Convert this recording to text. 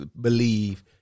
believe